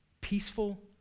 peaceful